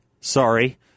Sorry